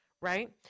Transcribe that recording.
right